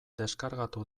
deskargatu